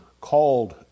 called